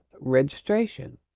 registration